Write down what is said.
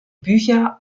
bücher